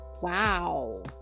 Wow